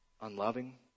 unloving